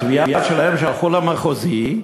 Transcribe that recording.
התביעה שלהם שהלכו אתה למחוזי,